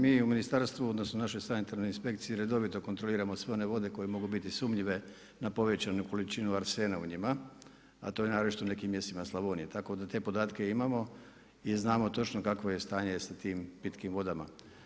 Mi u ministarstvu odnosno našoj Sanitarnoj inspekciji redovito kontroliramo sve one vode koje mogu biti sumnjive na povećanu količinu arsena u njima, a to je naročito u nekim mjestima Slavonije, tako da te podatke imamo i znamo točno kakvo je stanje sa tim pitkim vodama.